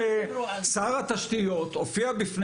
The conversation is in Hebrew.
שר התשתיות יובל שטייניץ הופיע בפני